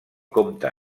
comte